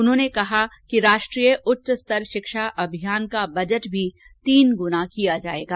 उन्होंने कहा कि राष्ट्रीय उच्च स्तर शिक्षा अभियान का बजट भी तीन गुना किया जाएगा